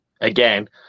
again